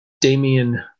Damian